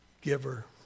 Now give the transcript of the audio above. giver